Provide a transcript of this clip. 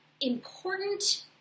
important